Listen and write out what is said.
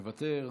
מוותר,